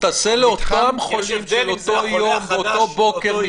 אז תמצא פתרון לאותם חולים של אותו יום באותו בוקר,